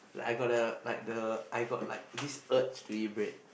I got the like the I got like this urge to eat bread